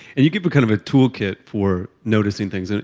and you keep a kind of a toolkit for noticing things. and